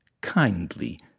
kindly